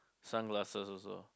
sunglasses also